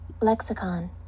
Lexicon